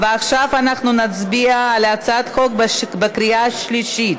עכשיו אנחנו נצביע על הצעת החוק בקריאה שלישית.